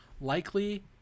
likely